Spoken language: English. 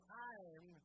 time